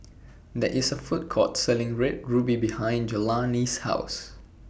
There IS A Food Court Selling Red Ruby behind Jelani's House